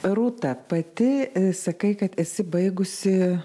rūta pati sakai kad esi baigusi